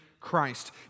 Christ